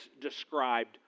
described